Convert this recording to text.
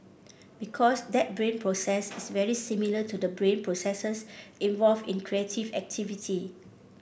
because that brain process is very similar to the brain processes involved in creative activity